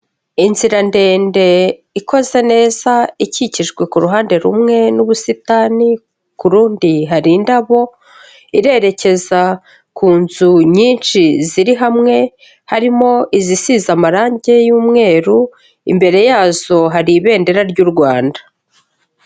Inzira ndende ikoze neza, ikikijwe ku ruhande rumwe n'ubusitani, ku rundi hari indabo, irerekeza ku nzu nyinshi ziri hamwe, harimo izisize amarange y'umweru, imbere yazo hari ibendera ry'u Rwanda.